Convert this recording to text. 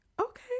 okay